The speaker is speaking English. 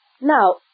Now